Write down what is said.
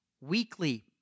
weekly